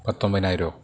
പത്തൊമ്പതിനായിരമോ